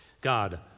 God